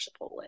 Chipotle